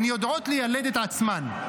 הן יודעות לילד את עצמן?